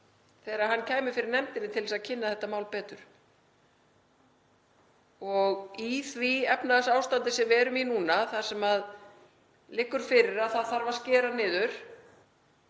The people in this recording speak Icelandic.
þegar hann kæmi fyrir nefndina til að kynna þetta mál betur. Í því efnahagsástandi sem við erum núna, þar sem liggur fyrir að það þarf að skera niður